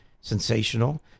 sensational